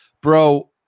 bro